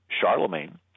Charlemagne